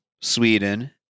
Sweden